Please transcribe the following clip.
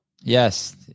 Yes